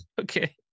okay